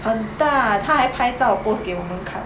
很大她还拍照 post 给我们看